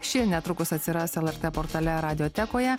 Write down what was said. ši netrukus atsiras lrt portale radiotekoje